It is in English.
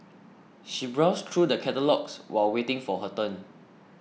she browsed through the catalogues while waiting for her turn